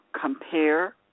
compare